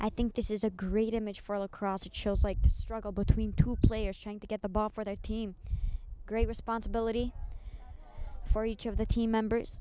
i think this is a great image for lacrosse it shows like the struggle between two players trying to get the ball for their team great responsibility for each of the team members